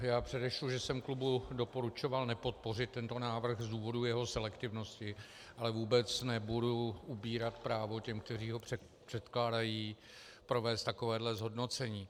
Já předešlu, že jsem klubu doporučoval nepodpořit tento návrh z důvodu jeho selektivnosti, ale vůbec nebudu upírat právo těm, kteří ho předkládají, provést takovéhle zhodnocení.